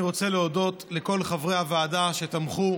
אני רוצה להודות לכל חברי הוועדה שתמכו,